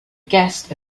guest